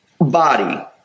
body